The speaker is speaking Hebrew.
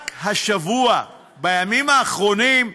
רק השבוע, בימים האחרונים,